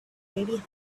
already